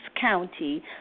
County